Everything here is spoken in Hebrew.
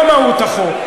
זו לא מהות החוק.